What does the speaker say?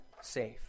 safe